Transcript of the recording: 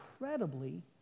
incredibly